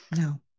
No